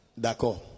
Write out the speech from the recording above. D'accord